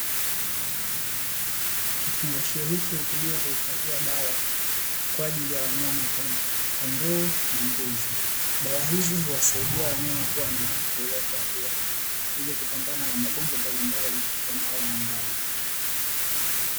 Kifungasho hichi hutumika kuhifadhia dawa kwa ajili ya wanyama kama kondoo na mbuzi. Dawa hizi huwasaidia wanyama kuwa na afya iliyokuwa bora, ili kupambana na magonjwa mbalimbali yanayowaandama.